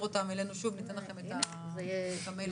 אותם אלינו שוב ניתן לכם את המייל החדש.